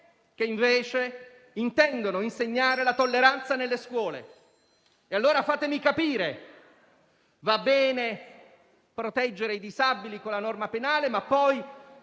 che invece intendono insegnare la tolleranza nelle scuole. Allora fatemi capire: va bene proteggere i disabili con la norma penale, ma poi